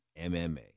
MMA